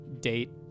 date